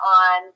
on